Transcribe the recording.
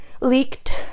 leaked